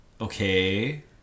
Okay